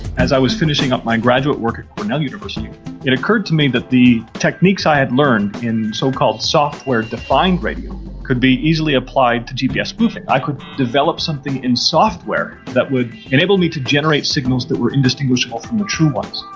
as i was finishing up my graduate work at cornell university it occurred to me that the techniques i had learned in so-called software defined radio could be easily applied to gps spoofing. i could develop something in software that would enable me to generate signals that were indistinguishable from the true ones.